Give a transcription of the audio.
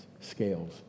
scales